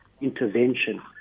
intervention